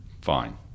Fine